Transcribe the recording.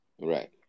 Right